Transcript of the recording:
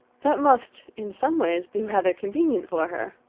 that must in some ways be rather convenient for her!